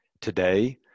Today